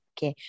Okay